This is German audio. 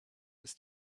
ist